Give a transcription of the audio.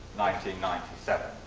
ninety ninety seven.